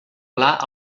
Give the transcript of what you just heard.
clar